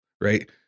right